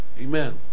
Amen